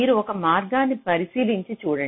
మీరు ఒక మార్గాన్ని పరిశీలించి చూడండి